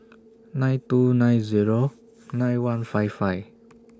nine two nine Zero nine one five five